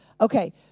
Okay